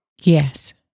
Yes